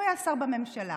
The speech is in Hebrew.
הוא היה שר בממשלה.